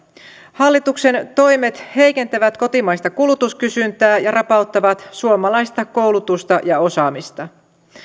hallituksen toimet heikentävät kotimaista kulutuskysyntää ja rapauttavat suomalaista koulutusta ja osaamista